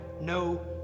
no